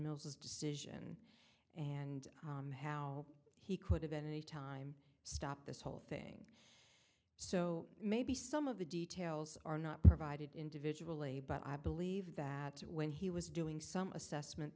mills's decision and how he could have been a time stop this whole thing so maybe some of the details are not provided individually but i believe that when he was doing some assessment